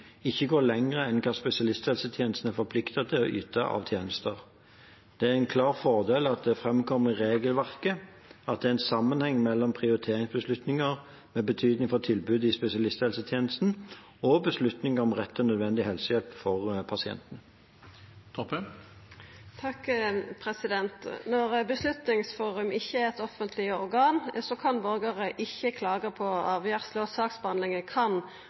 ikke går lenger enn det spesialisthelsetjenesten er forpliktet til å yte av tjenester. Det er en klar fordel at det fremkommer i regelverket at det er en sammenheng mellom prioriteringsbeslutninger med betydning for tilbudet i spesialisthelsetjenesten og beslutninger om rett til nødvendig helsehjelp for pasienter. Når Beslutningsforum ikkje er eit offentleg organ, kan borgarar ikkje klaga på avgjersla, og saksbehandlinga kan